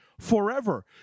forever